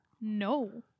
No